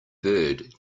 bird